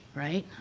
right,